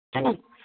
है ना